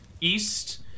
east